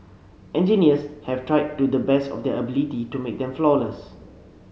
engineers have tried to the best of their ability to make them flawless